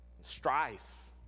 strife